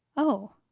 oh!